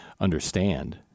understand